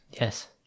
Yes